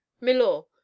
Milor